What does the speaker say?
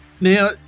Now